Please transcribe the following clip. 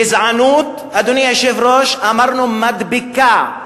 גזענות, אדוני היושב-ראש, אמרנו, מדביקה.